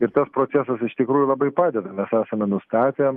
ir tas procesas iš tikrųjų labai padeda mes esame nustatę